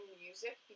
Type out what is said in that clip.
music